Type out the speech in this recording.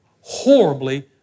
horribly